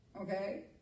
Okay